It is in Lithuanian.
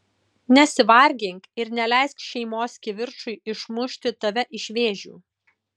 nesivargink ir neleisk šeimos kivirčui išmušti tave iš vėžių